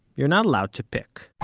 you're not allowed to pick.